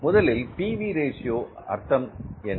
முதலில் P V ratio அர்த்தம் என்ன